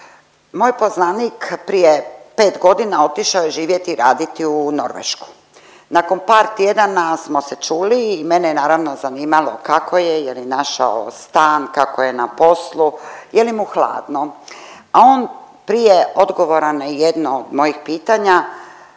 Moj poznanik prije pet godina otišao je živjeti i raditi u Norvešku. Nakon par tjedana smo se čuli i mene je naravno zanimalo kako je, jel' je našao stan, kako je na poslu, je li mu hladno. A on prije odgovora na jedno od mojih pitanja